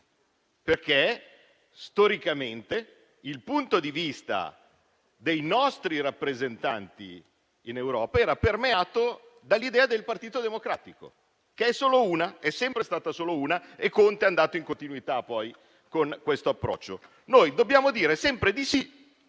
perché storicamente il punto di vista dei nostri rappresentanti in Europa era permeato dall'idea del Partito Democratico, che è sempre stata solo una, e Conte è andato in continuità con quell'approccio: dobbiamo dire sempre di sì